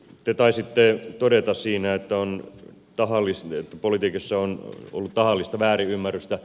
te taisitte todeta siinä että politiikassa on ollut tahallista väärinymmärrystä